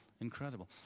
incredible